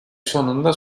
sonunda